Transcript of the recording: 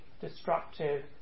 destructive